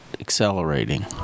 Accelerating